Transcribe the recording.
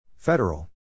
Federal